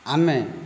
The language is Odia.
ଆମେ